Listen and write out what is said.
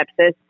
sepsis